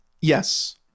yes